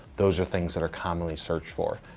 those are things that are commonly searched for.